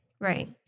Right